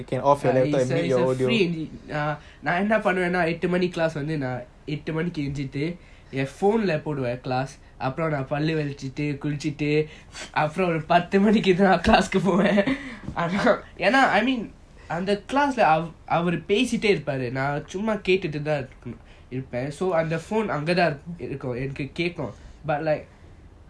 ya it's a free uh நான் என்ன பன்னுவது எட்டு மணி:naan enna panuvana ettu mani class வந்து நான் எட்டு மணி எங்சிடு ஏன்:vanthu naan ettu mani yeanchitu yean phone lah போடுவான்:poduvan class அப்புறம் நான் பள்ளு வெள்ளக்கிட்டு குளிச்சிட்டு அப்புறம் ஒரு பாத்து மணிகி தான் நான்:apram naan pallu vellakitu kulichitu apram oru pathu maniki thaan naan class கு போவான் என்ன:ku povan enna I mean அந்த:antha class lah பேசிட்டாயே இருப்பாரு நான் சும்மா கேட்டுட்டு தான் இருப்பான்:peasitae irupaaru naan summa keatutu thaan irupan so அந்த:antha phone அங்க தான் இருக்கும் என்னக்கு கேக்கும்:anga thaan irukum ennaku keakum but like